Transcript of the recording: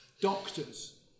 Doctors